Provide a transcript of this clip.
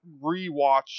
rewatch